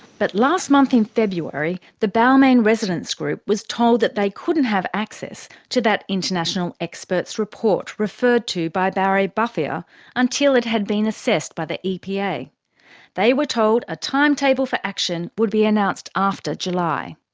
but last month in february the balmain residents' group was told that they couldn't have access to that international experts' report referred to by barry buffier until it had been assessed by the epa. they were told a timetable for action would be announced after july.